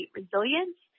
resilience